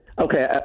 Okay